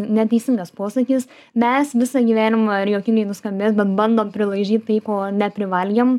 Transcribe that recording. neteisingas posakis mes visą gyvenimą ir juokingai nuskambės bet bandom prilaižyt tai ko neprivalgėm